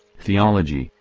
theology,